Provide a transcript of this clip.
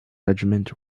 regiment